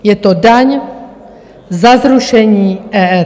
Je to daň za zrušení EET.